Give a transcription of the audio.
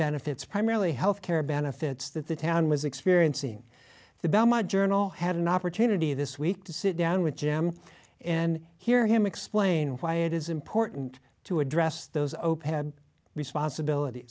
benefits primarily health care benefits that the town was experiencing the bell my journal had an opportunity this week to sit down with jam and hear him explain why it is important to address those zero pad responsibilit